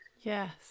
Yes